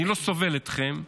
אני לא סובל אתכם,